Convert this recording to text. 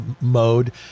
mode